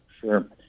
Sure